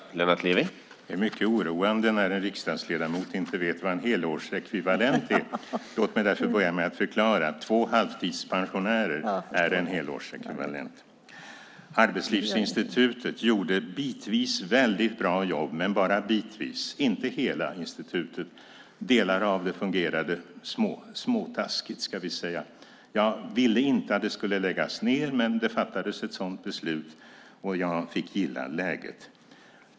Herr talman! Det är mycket oroande när en riksdagsledamot inte vet vad en helårsekvivalent är. Låt mig därför börja med att förklara. Två halvtidspensionärer är en helårsekvivalent. Arbetslivsinstitutet gjorde ett bitvis väldigt bra jobb, men bara bitvis, inte hela institutet. Delar av det fungerade småtaskigt, kan vi säga. Jag ville inte att det skulle läggas ned, men det fattades ett sådant beslut. Jag fick gilla läget.